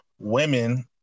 women